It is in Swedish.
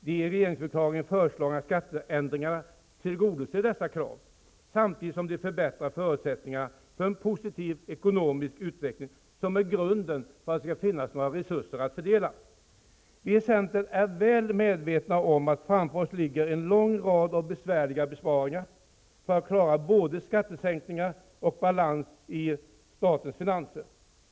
De i regeringsförklaringen föreslagna skatteförändringarna tillgodoser dessa krav samtidigt som de förbättrar förutsättningarna för en positiv ekonomisk utveckling. Detta är grunden för att det skall finnas några resurser att fördela. Vi i centern är väl medvetna om att det ligger en lång rad besvärliga besparingar framför oss för att både klara skattesänkningar och åstadkomma balans i statens finanser.